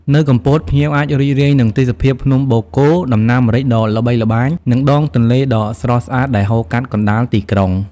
នៅកំពត ភ្ញៀវអាចរីករាយនឹងទេសភាពភ្នំដងរែក ដំណាំម្រេចដ៏ល្បីល្បាញ និងដងទន្លេដ៏ស្រស់ស្អាត ដែលហូរកាត់កណ្តាលទីក្រុង។